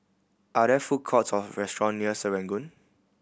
are there food courts or restaurant near Serangoon